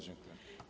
Dziękuję.